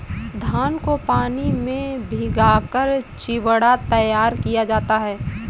धान को पानी में भिगाकर चिवड़ा तैयार किया जाता है